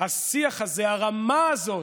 השיח הזה, הרמה הזאת,